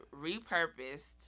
repurposed